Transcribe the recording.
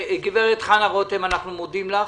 גברת חנה רותם, אנחנו מודים לך.